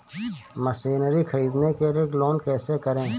Machinery ख़रीदने के लिए लोन कैसे करें?